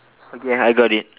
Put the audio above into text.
okay I got it